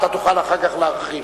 אתה תוכל אחר כך להרחיב.